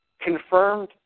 confirmed